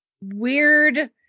weird